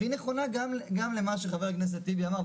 והיא נכונה גם למה שחבר הכנסת טיבי אמר,